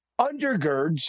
undergirds